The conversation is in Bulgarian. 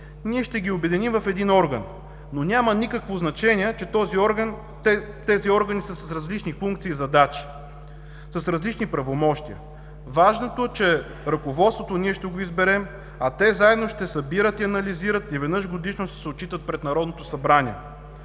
ние ще ги обединим в един орган. Няма никакво значение, че тези органи са с различни функции и задачи, с различни правомощия. Важното е, че ръководството ние ще го изберем, а те заедно ще събират и ще анализират, и веднъж годишно ще се отчитат пред Народното събрание